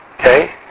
okay